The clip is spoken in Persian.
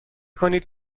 کنید